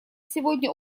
сегодня